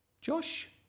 Josh